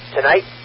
Tonight